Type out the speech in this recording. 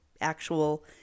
actual